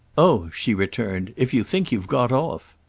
oh, she returned, if you think you've got off!